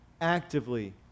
actively